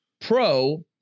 Pro